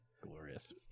Glorious